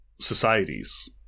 societies